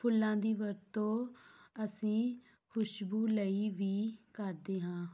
ਫੁੱਲਾਂ ਦੀ ਵਰਤੋਂ ਅਸੀਂ ਖੁਸ਼ਬੂ ਲਈ ਵੀ ਕਰਦੇ ਹਾਂ